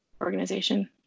organization